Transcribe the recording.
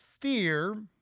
fear